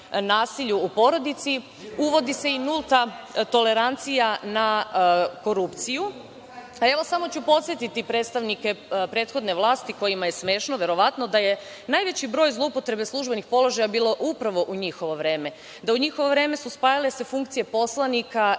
nasilju u porodici. Uvodi se i nulta tolerancija na korupciju. Samo ću podsetiti prethodne vlasti, kojima je smešno, verovatno, da je najveći broj zloupotreba službenih položaja bio upravo u njihovo vreme. U njihovo vreme su se spajale funkcije poslanika i